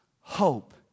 hope